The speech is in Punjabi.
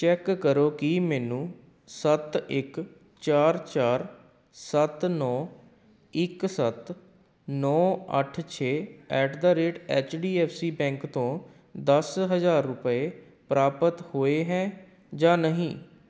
ਚੈੱਕ ਕਰੋ ਕੀ ਮੈਨੂੰ ਸੱਤ ਇੱਕ ਚਾਰ ਚਾਰ ਸੱਤ ਨੌਂ ਇੱਕ ਸੱਤ ਨੌਂ ਅੱਠ ਛੇ at the rate H D F C bank ਤੋਂ ਦਸ ਹਜ਼ਾਰ ਰੁਪਏ ਪ੍ਰਾਪਤ ਹੋਏ ਹੈ ਜਾਂ ਨਹੀਂ